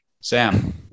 Sam